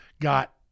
got